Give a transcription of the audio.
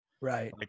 Right